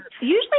usually